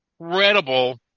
incredible